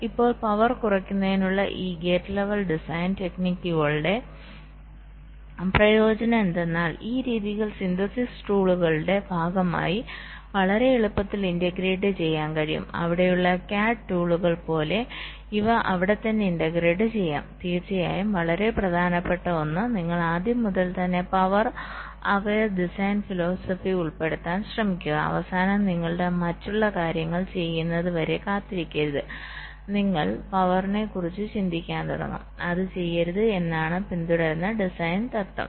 ഇപ്പോൾ പവർ കുറയ്ക്കുന്നതിനുള്ള ഈ ഗേറ്റ് ലെവൽ ഡിസൈൻ ടെക്നിക്കുകളുടെ പ്രയോജനം എന്തെന്നാൽ ഈ രീതികൾ സിന്തസിസ് ടൂളുകളുടെ ഭാഗമായി വളരെ എളുപ്പത്തിൽ ഇന്റഗ്രേറ്റ് ചെയ്യാൻ കഴിയും അവിടെയുള്ള CAD ടൂളുകൾ പോലെ ഇവ അവിടെത്തന്നെ ഇന്റഗ്രേറ്റ് ചെയ്യാം തീർച്ചയായും വളരെ പ്രധാനപ്പെട്ട ഒന്ന് നിങ്ങൾ ആദ്യം മുതൽ തന്നെ പവർ അവേർ ഡിസൈൻ ഫിലോസഫി ഉൾപ്പെടുത്താൻ ശ്രമിക്കുക അവസാനം നിങ്ങളുടെ മറ്റുള്ള കാര്യങ്ങൾ ചെയ്യുന്നത് വരെ കാത്തിരിക്കരുത് നിങ്ങൾ പവറിനെക്കുറിച്ച് ചിന്തിക്കാൻ തുടങ്ങും അത് ചെയ്യരുത് എന്നതാണ് പിന്തുടരുന്ന ഡിസൈൻ തത്വം